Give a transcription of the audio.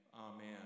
amen